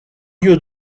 lieux